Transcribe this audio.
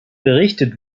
berichtet